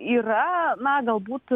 yra na galbūt